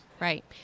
Right